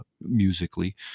musically